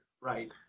right